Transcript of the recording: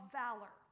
valor